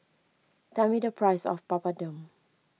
tell me the price of Papadum